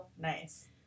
Nice